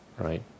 right